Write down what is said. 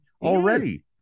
already